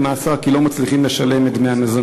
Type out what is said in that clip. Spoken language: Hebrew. למאסר כי הם לא מצליחים לשלם את דמי המזונות?